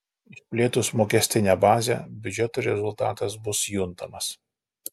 išplėtus mokestinę bazę biudžetui rezultatas bus juntamas